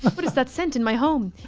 what is that scent in my home?